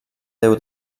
déu